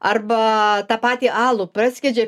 arba tą patį alų praskiedžia